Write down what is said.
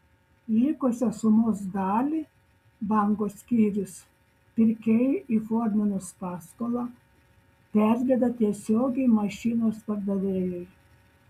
likusią sumos dalį banko skyrius pirkėjui įforminus paskolą perveda tiesiogiai mašinos pardavėjui